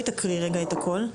תקריאי את הכול.